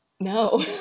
No